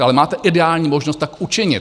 Ale máte ideální možnost tak učinit.